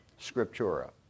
scriptura